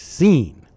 Scene